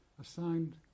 assigned